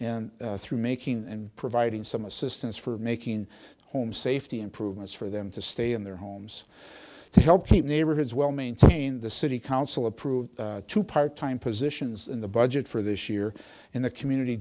and through making and providing some assistance for making home safety improvements for them to stay in their homes to help keep neighborhoods well maintained the city council approved two part time positions in the budget for this year in the